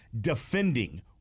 defending